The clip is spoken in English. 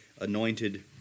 anointed